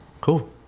Cool